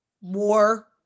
war